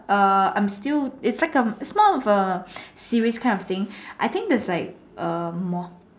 err I'm still it's like a it's more of series kind of thing I think there's like a more